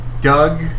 Doug